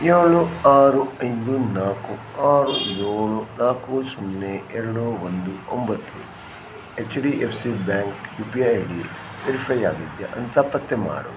ಏಳು ಆರು ಐದು ನಾಲ್ಕು ಆರು ಏಳು ನಾಲ್ಕು ಸೊನ್ನೆ ಎರಡು ಒಂದು ಒಂಬತ್ತು H D F C bank U P I I D verify ಆಗಿದೆಯಾ ಅಂತ ಪತ್ತೆ ಮಾಡು